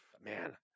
Man